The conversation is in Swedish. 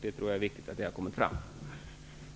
Det är viktigt att detta har framkommit.